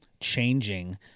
changing